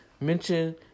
mention